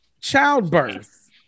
childbirth